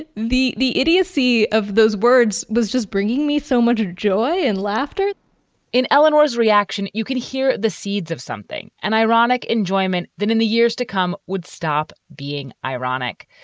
and the the idiocy of those words was just bringing me so much joy and laughter in illinois's reaction. you could hear the seeds of something and ironic enjoyment that in the years to come would stop being ironic.